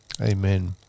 Amen